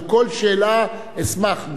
על כל שאלה אשמח,